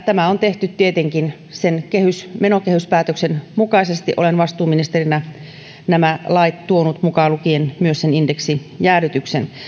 tämä on tehty tietenkin sen menokehyspäätöksen mukaisesti olen vastuuministerinä tuonut nämä lait mukaan lukien sen indeksijäädytyksen